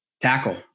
Tackle